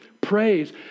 praise